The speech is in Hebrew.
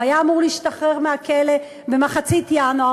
הוא היה אמור להשתחרר מהכלא במחצית ינואר